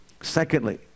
secondly